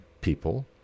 people